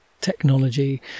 Technology